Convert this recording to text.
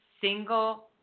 single